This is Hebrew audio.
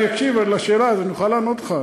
אני אקשיב לשאלה ואז אני אוכל לענות לך.